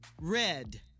Red